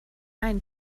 ein